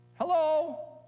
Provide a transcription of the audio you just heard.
Hello